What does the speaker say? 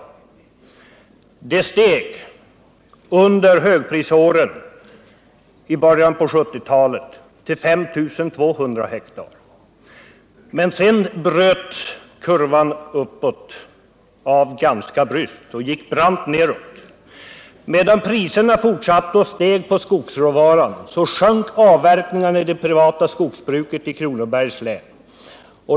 Avverkningen steg under högprisåren till 5 200 hektar. Men sedan bröts den uppåtgående kurvan ganska bryskt, och kurvan kom i stället att gå brant nedåt. Medan priserna på skogsråvan fortsatte att stiga, sjönk avverkningarna i det privata skogsbruket i Kronobergs län.